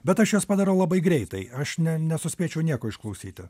bet aš juos padarau labai greitai aš ne nesuspėčiau nieko išklausyti